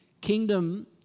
kingdom